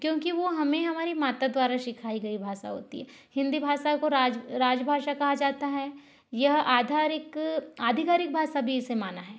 क्योंकि वो हमें हमारी माता द्वारा सिखाई गई भाषा होती है हिंदी भाषा को राज राज भाषा कहा जाता है यह आधारित आधिकारिक भाषा भी इसे माना है